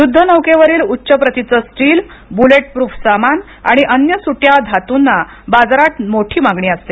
युद्धनौकेवरील उच्च प्रतीचं steel bulletproof सामान आणि अन्य सुट्या धातूंना बाजारात मोठी मागणी असते